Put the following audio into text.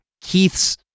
Keith's